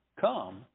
come